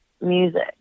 music